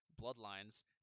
Bloodlines